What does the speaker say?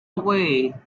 away